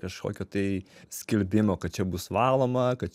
kažkokio tai skelbimo kad čia bus valoma kad